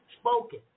Spoken